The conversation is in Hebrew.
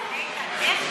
איתן,